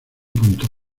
punto